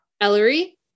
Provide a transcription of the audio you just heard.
Ellery